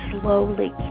slowly